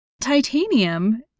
Titanium